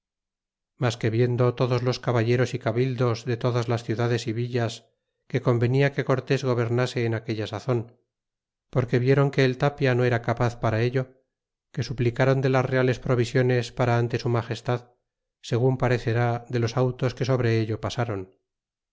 mas que viendo todos los caballeros y cabildos de todas las ciudades y villas que convenia que cortés gobernase en aquella sazon porque vieron que el tapia no era capaz para ello que suplicaron de las reales provisiones para ante su magestad segun parecer de los autos que sobre ello pasron